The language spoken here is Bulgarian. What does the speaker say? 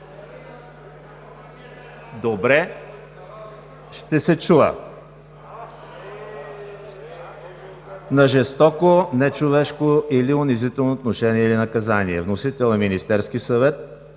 Добре, ще се чува. …на жестоко, нечовешко или унизително отношение и наказание. Вносител – Министерският съвет.